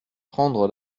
prendre